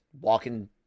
walking